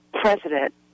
president